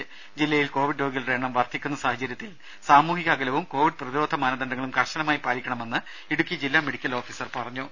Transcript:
ഇടുക്കി ജില്ലയിൽ കോവിഡ് രോഗികളുടെ എണ്ണം വർധിക്കുന്ന സാഹചര്യത്തിൽ സാമൂഹിക അകലവും കോവിഡ് പ്രതിരോധ മാനദണ്ഡങ്ങളും കർശനമായി പാലിക്കണമെന്ന് ജില്ലാ മെഡിക്കൽ ഓഫീസർ പറഞ്ഞു